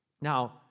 Now